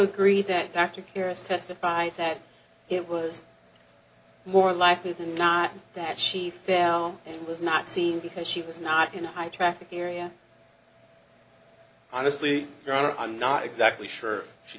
agree that back to paris testified that it was more likely than not that she fell and was not seen because she was not in a high traffic area honestly i'm not exactly sure she